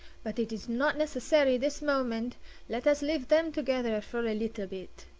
but it is not necessary this moment let us live them together for a leetle beet.